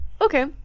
Okay